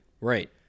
Right